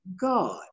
God